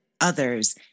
others